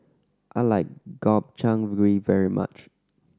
I like Gobchang Gui very much